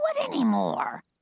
anymore